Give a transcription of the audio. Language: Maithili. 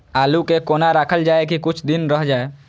आलू के कोना राखल जाय की कुछ दिन रह जाय?